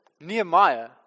Nehemiah